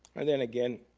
and then again,